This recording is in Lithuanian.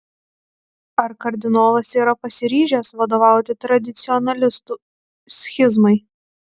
ar kardinolas yra pasiryžęs vadovauti tradicionalistų schizmai